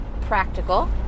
practical